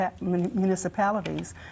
municipalities